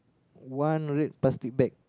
one red plastic bag